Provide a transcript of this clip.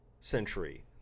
century